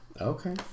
Okay